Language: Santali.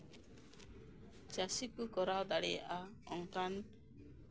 ᱪᱟᱹᱥᱤ ᱠᱚ ᱠᱚᱨᱟᱣ ᱫᱟᱲᱮᱭᱟᱜᱼᱟ ᱚᱱᱠᱟᱱ